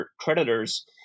creditors